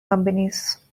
companies